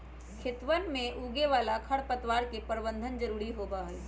खेतवन में उगे वाला खरपतवार के प्रबंधन जरूरी होबा हई